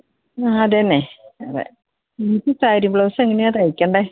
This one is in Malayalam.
ആ അതുതന്നെ അതെ മിനിക്ക് സാരി ബ്ലൗസ് എങ്ങനെയാണ് തയ്ക്കേണ്ടത്